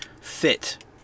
fit